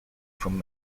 from